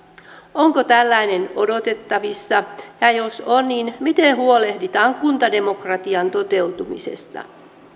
onko tällainen odotettavissa ja ja jos on niin miten huolehditaan kuntademokratian toteutumisesta